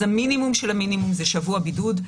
אז המינימום של המינימום זה שבוע בידוד.